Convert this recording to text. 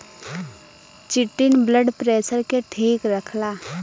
chitin blood pressure के ठीक रखला